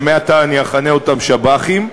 שמעתה אני אכנה אותם שב"חים.